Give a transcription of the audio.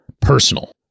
personal